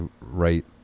right